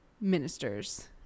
ministers